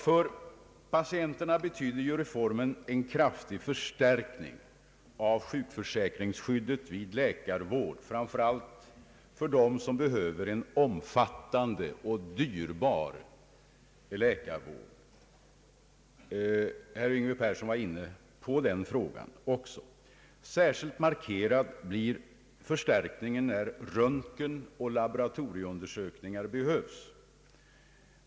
För patienterna betyder ju reformen en kraftig förstärkning av sjukförsäkringsskyddet vid läkarvård, framför allt för dem som behöver en omfattande och dyrbar läkarvård. Herr Yngve Persson var inne på den frågan också. Särskilt markerad blir förstärkningen, när röntgenoch laboratorieundersökningar behövs.